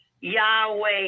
Yahweh